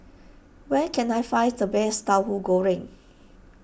where can I find the best Tauhu Goreng